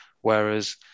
whereas